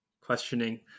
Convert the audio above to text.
questioning